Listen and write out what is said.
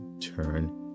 turn